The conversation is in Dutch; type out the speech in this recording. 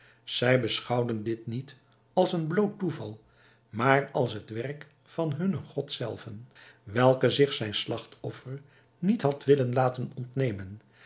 zij beschouwden dit niet als een bloot toeval maar als het werk van hunnen god zelven welke zich zijn slagtoffer niet had willen laten ontnemen